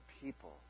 people